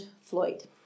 Floyd